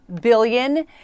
billion